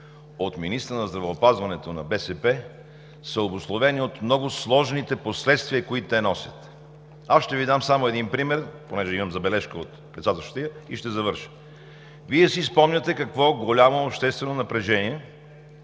от министъра на здравеопазването са обусловени от много сложните последствия, които те носят. Ще Ви дам само един пример, понеже имам забележка от председателстващия, и ще завърша. Вие си спомняте до какво голямо обществено напрежение